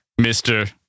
Mr